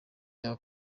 yaba